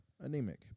anemic